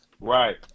Right